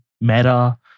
Meta